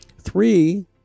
Three